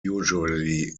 usually